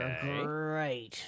great